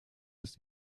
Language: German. ist